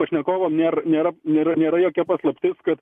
pašnekovam nėr nėra nėra nėra jokia paslaptis kad